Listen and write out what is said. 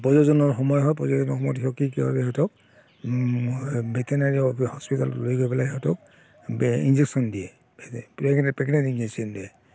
প্ৰজননৰ সময় হয় প্ৰজননৰ সময়ত সিহঁতক কি কৰে সিহঁতক ভেটেনেৰি হপি হস্পিটেলত লৈ গৈ পেলাই সিহঁতক বে ইনজেকশ্যন দিয়ে প্ৰেগনে প্ৰেগনেণ্ট ইনজেকশ্যন দিয়ে